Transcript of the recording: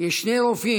יש שני רופאים,